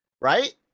right